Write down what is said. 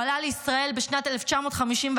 הוא עלה לישראל בשנת 1951,